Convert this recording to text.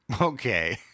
Okay